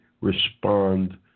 respond